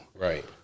Right